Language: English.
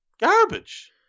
Garbage